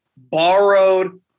borrowed